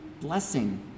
blessing